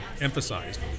emphasized